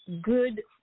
good